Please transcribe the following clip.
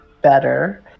better